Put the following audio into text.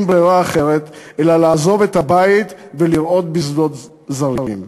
ברירה אחרת אלא לעזוב את הבית ולרעות בשדות זרים.